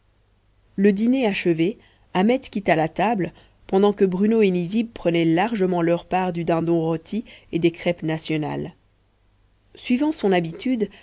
le dîner achevé ahmet quitta la table pendant que bruno et nizib prenaient largement leur part du dindon rôti et des crêpes nationales suivant son habitude